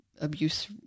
abuse